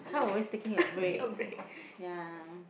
you know I'm always taking a break ya